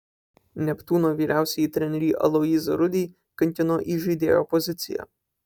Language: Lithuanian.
neptūno vyriausiąjį trenerį aloyzą rudį kankino įžaidėjo pozicija